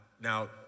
now